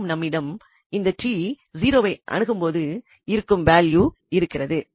மேலும் நம்மிடம் இந்த 𝑡 0 வை அணுகும்போது இருக்கும் வேல்யூ இருக்கிறது